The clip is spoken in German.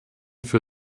für